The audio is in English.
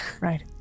right